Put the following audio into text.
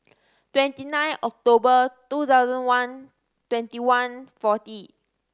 twenty nine October two thousand one twenty one forty